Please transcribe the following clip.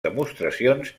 demostracions